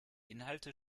inhalte